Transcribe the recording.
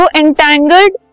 entangled